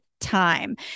time